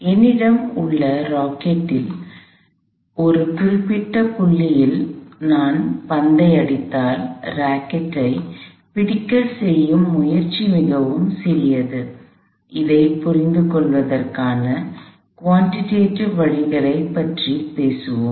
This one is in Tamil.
என்னிடம் உள்ள ராக்கெட்டில் ஒரு குறிப்பிட்ட புள்ளியில் நான் பந்தை அடித்தால் ராக்கெட்டைப் பிடிக்க செய்யும் முயற்சி மிகவும் சிறியது இதைப் புரிந்துகொள்வதற்கான குவான்டிடேட்டிவ் வழிகளைப் பற்றி பேசுவோம்